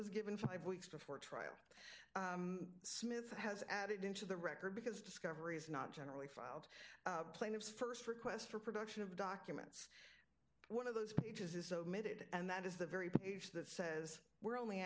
was given five weeks before trial smith has added into the record because discovery is not generally filed plaintiff's first request for production of documents one of those pages is a mid and that is the very page that says we're only